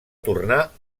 tornar